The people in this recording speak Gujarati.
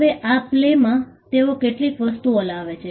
હવે આ પ્લેમાં તેઓ કેટલીક વસ્તુઓ લાવે છે